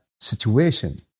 situation